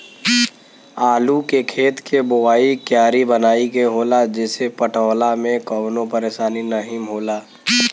आलू के खेत के बोवाइ क्यारी बनाई के होला जेसे पटवला में कवनो परेशानी नाहीम होला